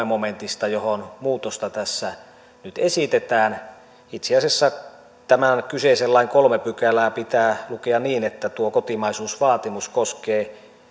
momentista johon muutosta tässä nyt esitetään itse asiassa tämän kyseisen lain kolmatta pykälää pitää lukea niin että tuo kotimaisuusvaatimus koskee